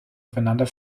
aufeinander